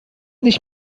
nicht